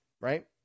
right